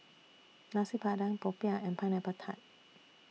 Nasi Padang Popiah and Pineapple Tart